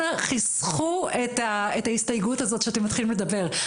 אנא חסכו את ההסתייגות הזאת שאתם מתחילים לדבר,